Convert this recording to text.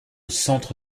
centre